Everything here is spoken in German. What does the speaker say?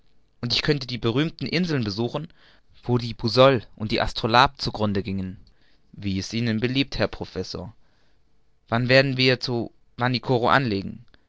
und ich könnte die berühmten inseln besuchen wo die boussole und astrolabe zu grunde gingen wenn es ihnen beliebt herr professor wann werden wir zu vanikoro anlangen